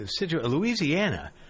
Louisiana